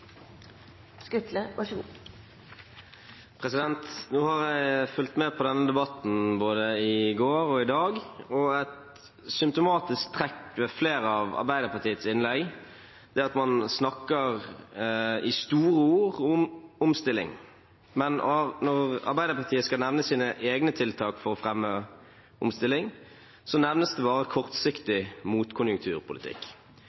Nå har jeg fulgt med på denne debatten både i går og i dag, og et symptomatisk trekk ved flere av Arbeiderpartiets innlegg er at man snakker i store ord om omstilling. Men når Arbeiderpartiet skal nevne sine egne tiltak for å fremme omstilling, nevnes det bare kortsiktig